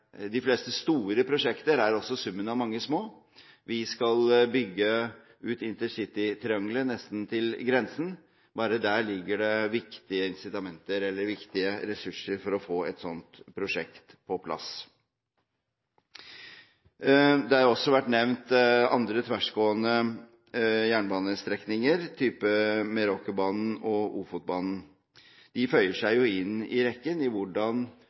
de fleste store prosjekter også er summen av mange små. Vi skal bygge ut intercitytriangelet nesten til grensen. Bare der ligger det viktige insitamenter eller viktige ressurser for å få et slikt prosjekt på plass. Det har også vært nevnt andre tversgående jernbanestrekninger som Meråkerbanen og Ofotbanen. De føyer seg inn i rekken av hvordan